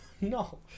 No